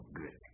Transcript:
good